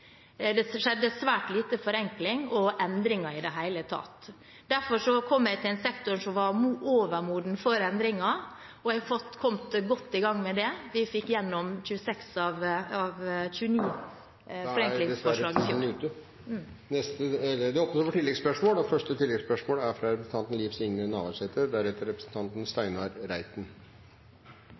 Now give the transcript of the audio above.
Det skjedde svært lite forenkling og endringer i det hele tatt. Derfor kom jeg til en sektor som var overmoden for endringer, og jeg har kommet godt i gang med det. Vi fikk igjennom 26 av 29 forenklingsforslag. Da er dessverre tiden er ute. Det blir oppfølgingsspørsmål – først representanten Liv Signe Navarsete. Det var ikkje så lett å høyre svar på spørsmålet frå representanten